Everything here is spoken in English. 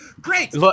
Great